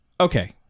okay